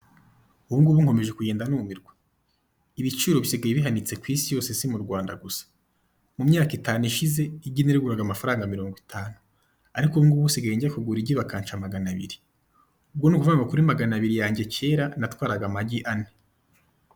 Ubungubu nkomeje kugenda numirwa ibiciro bisigaye bihanitse ku isi yose si mu Rwanda gusa, mu myaka itanu ishize igi nariguraga amafaranga mirongo itanu ariko ubungubu nsigaye njya kugura igi bakansha magana abiri, ubwo ni ukuvuga ngo kuri maganabiri yange kera natwaraga amagi ane.